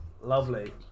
lovely